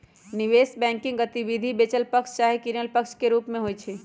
निवेश बैंकिंग गतिविधि बेचल पक्ष चाहे किनल पक्ष के रूप में होइ छइ